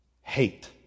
hate